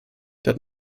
that